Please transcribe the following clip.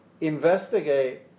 investigate